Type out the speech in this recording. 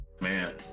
man